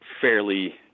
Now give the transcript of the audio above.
fairly